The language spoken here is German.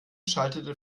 schaltete